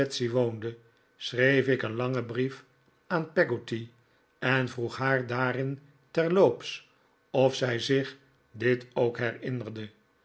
woonde schreef ik een langen brief aan peggotty en vroeg haar daarin terloops of zij zich dit ook